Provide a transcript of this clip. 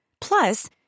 Plus